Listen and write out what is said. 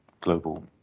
global